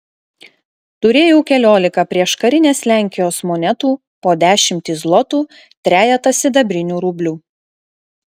turėjau keliolika prieškarinės lenkijos monetų po dešimtį zlotų trejetą sidabrinių rublių